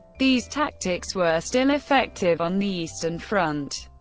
these tactics were still effective on the eastern front,